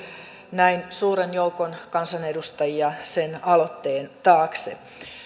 näin suuren joukon kansanedustajia sen aloitteen taakse